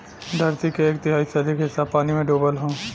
धरती के एक तिहाई से अधिक हिस्सा पानी में डूबल हौ